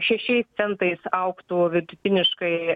šešiais centais augtų vidutiniškai